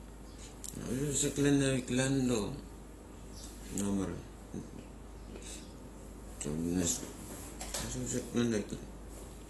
Angabas kusek avik klan dok mamar mas. Angabas kusek klan avik.